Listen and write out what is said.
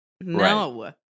no